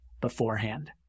beforehand